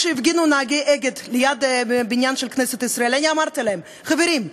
כשהפגינו נהגי "אגד" ליד הבניין של כנסת ישראל אני אמרתי להם: חברים,